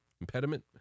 impediment